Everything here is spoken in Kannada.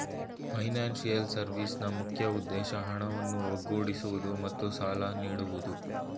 ಫೈನಾನ್ಸಿಯಲ್ ಸರ್ವಿಸ್ನ ಮುಖ್ಯ ಉದ್ದೇಶ ಹಣವನ್ನು ಒಗ್ಗೂಡಿಸುವುದು ಮತ್ತು ಸಾಲ ನೀಡೋದು